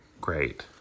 great